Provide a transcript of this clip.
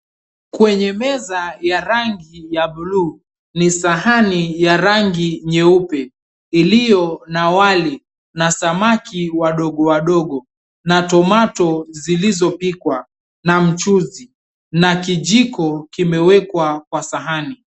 Kwenye meza ya rangi ya bluu ni sahani ya rangi nyeupe, iliyo na wali na samaki wadogo wadogo na tomato zilizopikwa na mchuzi na kijiko kimewekwa kwa sahani.